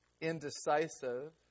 indecisive